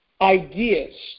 ideas